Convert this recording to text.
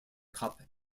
cup